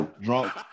drunk